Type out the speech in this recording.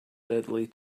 deadly